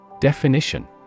Definition